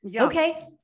Okay